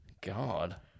God